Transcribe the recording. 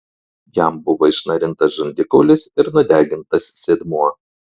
jam buvo išnarintas žandikaulis ir nudegintas sėdmuo